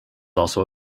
also